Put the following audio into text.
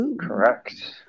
correct